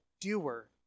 doer